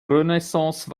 renaissance